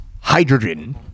hydrogen